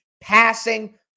passing